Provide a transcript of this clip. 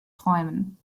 träumen